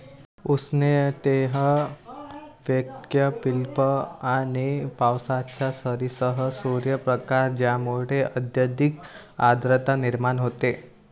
उष्णतेसह वैकल्पिक आणि पावसाच्या सरींसह सूर्यप्रकाश ज्यामुळे अत्यधिक आर्द्रता निर्माण होते